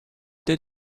did